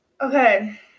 Okay